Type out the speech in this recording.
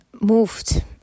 moved